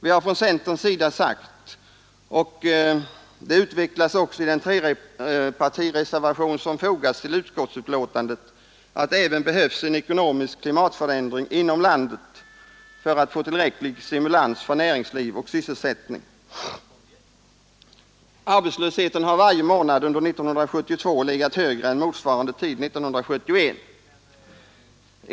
Vi har från centerns sida sagt — och det utvecklas också i den trepartireservafion som fogats vid utskottsbetänkandet — att det även behövs en ekonomisk klimatförändring inom landet för att få tillräcklig stimulans för näringsliv och sysselsättning. Arbetslösheten har varje månad under 1972 legat högre än motsvarande tid 1971.